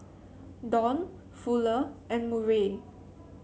Don Fuller and Murray